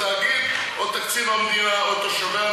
התאגיד או תקציב המדינה או תושבי המדינה?